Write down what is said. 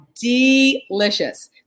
delicious